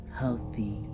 healthy